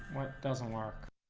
doesn't work